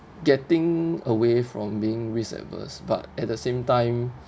getting away from being risk averse but at the same time